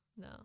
no